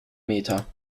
meter